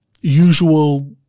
usual